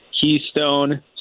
Keystone